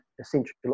essential